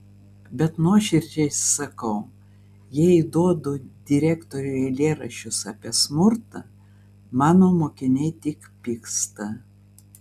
bet nuoširdžiai sakau jei įduodu direktoriui eilėraščius apie smurtą mano mokiniai tik pyksta